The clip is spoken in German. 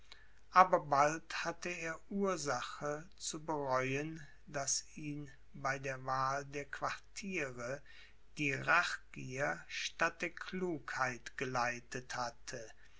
aber bald hatte er ursache zu bereuen daß ihn bei der wahl der quartiere die rachgier statt der klugheit geleitet hatte